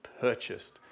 purchased